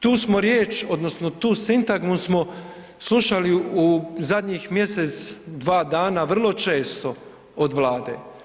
Tu smo riječ odnosno tu sintagmu smo slušali u zadnjih mjesec, dva dana vrlo često od Vlade.